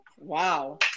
Wow